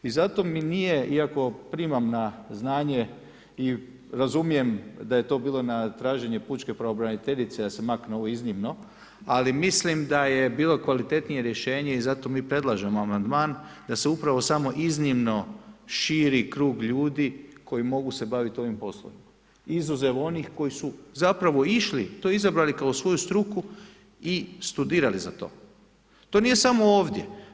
I zato mi nije iako primam na znanje i razumijem da je to bilo na traženje pučke pravobraniteljice da se makne ovo iznimno, ali mislim da je bilo kvalitetnije rješenje i zato mi predlažemo amandman, da se upravo samo iznimno širi krug ljudi koji mogu se bavit ovim poslom, izuzev onih kojih su zapravo išli, to izabrali kao svoju struku i studirali za to, to nije samo ovdje.